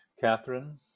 Catherine